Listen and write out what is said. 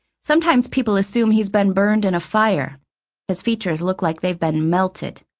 sometimes people assume he's been burned in a fire his features look like they've been melted,